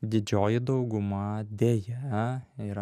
didžioji dauguma deja yra